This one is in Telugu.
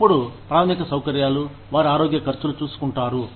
అప్పుడు ప్రాథమిక సౌకర్యాలు వారి ఆరోగ్య ఖర్చులు చూసుకుంటారు